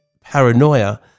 paranoia